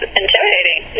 intimidating